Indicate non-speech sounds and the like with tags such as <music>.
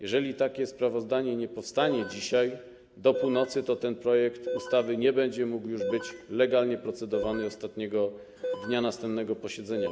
Jeżeli takie sprawozdanie nie powstanie <noise> dzisiaj do północy, to ten projekt ustawy nie będzie już mógł być legalnie procedowany ostatniego dnia następnego posiedzenia.